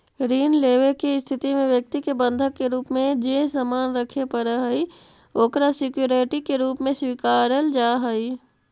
ऋण लेवे के स्थिति में व्यक्ति के बंधक के रूप में जे सामान रखे पड़ऽ हइ ओकरा सिक्योरिटी के रूप में स्वीकारल जा हइ